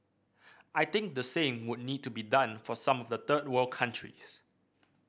I think the same would need to be done for some of the third world countries